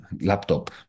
laptop